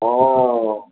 ও